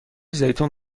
زیتون